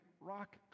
rock